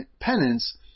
penance